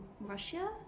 Russia